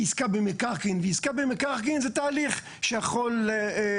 במקרקעין, ועסקה במקרקעין זה תהליך שיכול להימשך.